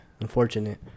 unfortunate